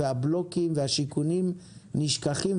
והבלוקים והשיכונים נשכחים,